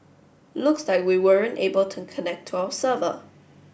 looks like we weren't able to connect to our server